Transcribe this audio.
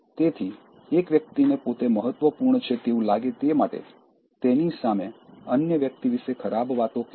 તેથી એક વ્યક્તિને પોતે મહત્વપૂર્ણ છે તેવું લાગે તે માટે તેની સામે અન્ય વ્યક્તિ વિશે ખરાબ વાતો કહેવી